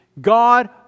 God